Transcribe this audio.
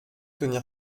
tenir